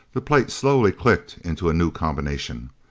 the plate slowly clicked into a new combination.